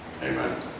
Amen